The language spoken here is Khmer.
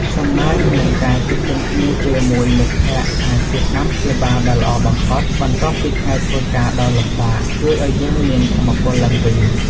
សំណើច និងការជួបជុំគ្នាជាមួយមិត្តភក្តិអាចជា "ថ្នាំព្យាបាល" ដ៏ល្អបំផុតបន្ទាប់ពីថ្ងៃធ្វើការដ៏លំបាក ជួយឱ្យយើងមានថាមពលឡើងវិញ។